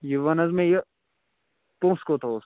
یہِ وَن حظ مےٚیہِ پۄنٛسہٕ کوٗتاہ اوس